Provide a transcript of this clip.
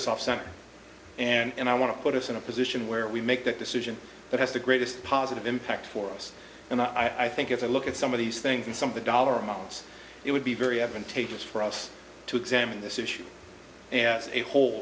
us off center and i want to put us in a position where we make that decision that has the greatest positive impact for us and i think if i look at some of these things and some of the dollar amounts it would be very advantageous for us to examine this issue as a whole